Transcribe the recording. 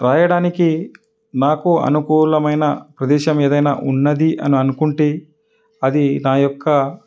రాయడానికి నాకు అనుకూలమైన ప్రదేశం ఏదైనా ఉన్నది అని అనుకుంటే అది నా యొక్క